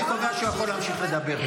אני קובע שהוא יכול להמשיך לדבר.